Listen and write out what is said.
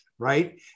right